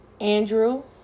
Andrew